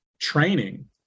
training